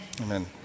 Amen